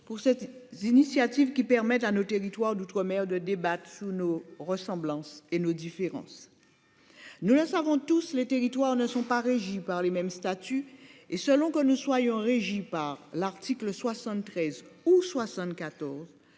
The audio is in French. pour cette initiative qui permettent à nos territoires d'outre-mer de débats Tsuno ressemblances et nos différences. Nous le savons tous les territoires ne sont pas régis par les mêmes statuts et selon que nous soyons régi par l'article 73 ou 74.